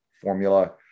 formula